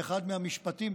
ואחד מהמשפטים,